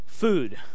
Food